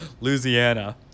Louisiana